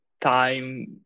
time